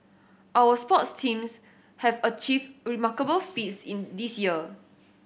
our sports teams have achieved remarkable feats in this year